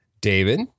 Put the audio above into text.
David